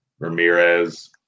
Ramirez